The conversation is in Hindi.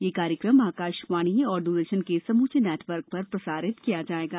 यह कार्यक्रम आकाशवाणी और दूरदर्शन के समूचे नेटवर्क पर प्रसारित किया जाएगा